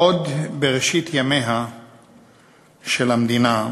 עוד בראשית ימיה של המדינה,